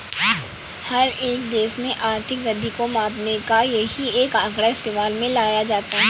हर एक देश में आर्थिक वृद्धि को मापने का यही एक आंकड़ा इस्तेमाल में लाया जाता है